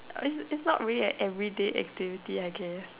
it's it's not really an everyday activity I guess